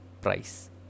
price